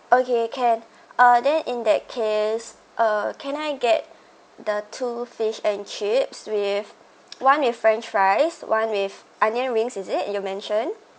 okay can uh then in that case uh can I get the two fish and chips with one with french fries one with onion rings is it you mention